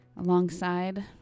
alongside